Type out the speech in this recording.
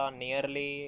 nearly